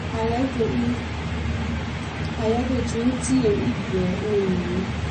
I like to eat- I like to drink tea and eat bread in ley morning.